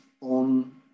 on